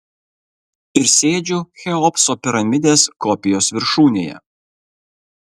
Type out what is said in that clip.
ir sėdžiu cheopso piramidės kopijos viršūnėje